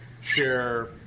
share